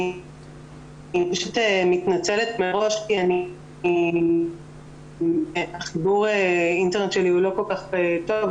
אני מתנצלת מראש כי חיבור האינטרנט שלי לא כל כך טוב,